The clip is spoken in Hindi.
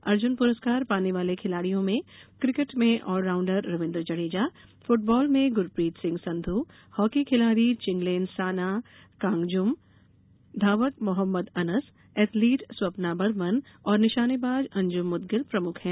अर्जुन पुरस्कार पाने वाले खिलाडियों में क्रिकेट में all rounder Ravindra Jadeja football में गुरप्रीत सिंह संधु हॉकी खिलाड़ी चिंगलेनसाना कांगुजम धावक मोहम्मद अनस एथलीट स्वप्ना बर्मन और निशानेबाज अंजुम मुदगिल प्रमुख हैं